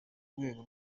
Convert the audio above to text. rwego